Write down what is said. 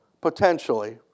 potentially